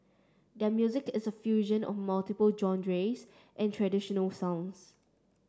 their music is a fusion of multiple genres an traditional sounds